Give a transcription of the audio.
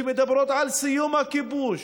שמדברים על סיום הכיבוש,